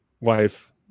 wife